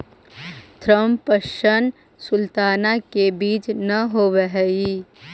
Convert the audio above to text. Thompson sultana में बीज न होवऽ हई